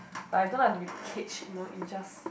I don't like to be caged you know in just